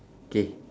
K